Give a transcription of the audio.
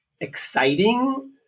exciting